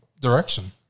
direction